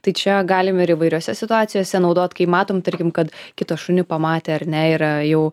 tai čia galim ir įvairiose situacijose naudot kai matom tarkim kad kitą šunį pamatę ar ne yra jau